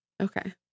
Okay